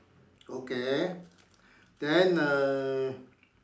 okay then err